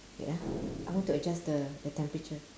wait ah I want to adjust the the temperature